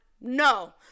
No